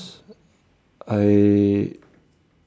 I